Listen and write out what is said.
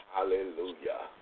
Hallelujah